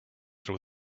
throw